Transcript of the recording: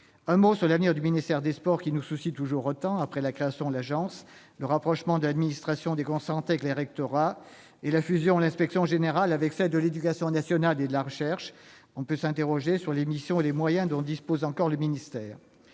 un mot sur l'avenir du ministère des sports, qui nous soucie toujours autant. Après la création de l'Agence, le rapprochement de son administration déconcentrée avec les rectorats et la fusion de son inspection générale avec celle de l'éducation nationale et de la recherche, on peut s'interroger sur les missions et les moyens dont dispose encore le ministère.